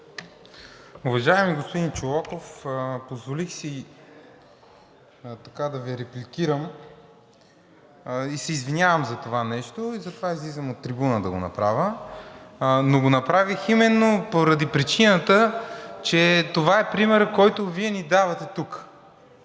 Уважаеми господин Чолаков, позволих си да Ви репликирам и се извинявам за това нещо, затова излизам от трибуната да го направя. Направих го именно поради причината, че това е примерът, който Вие ни давате тук